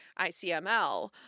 ICML